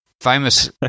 Famous